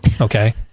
okay